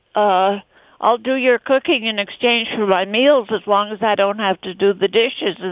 ah i'll do your cooking in exchange for my meals as long as i don't have to do the dishes. and